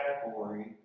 category